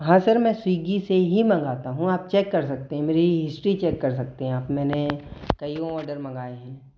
हाँ सर मैं स्विग्गी से ही मंगाता हूँ आप चेक कर सकते हैं मेरी हीस्ट्री चेक कर सकते हैं मैने कईयों ऑर्डर मंगाए हैं